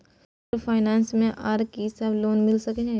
Microfinance मे आर की सब लोन मिल सके ये?